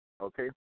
okay